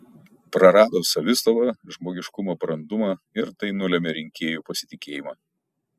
prarado savistovą žmogiškumo brandumą ir tai nulėmė rinkėjų pasitikėjimą